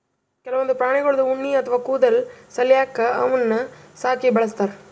ಕೆಲವೊಂದ್ ಪ್ರಾಣಿಗಳ್ದು ಉಣ್ಣಿ ಅಥವಾ ಕೂದಲ್ ಸಲ್ಯಾಕ ಅವನ್ನ್ ಸಾಕಿ ಬೆಳಸ್ತಾರ್